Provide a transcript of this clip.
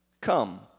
Come